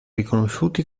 riconosciuti